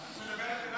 את מדברת אליי?